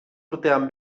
urtean